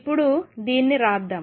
ఇప్పుడు దీన్ని వ్రాద్దాం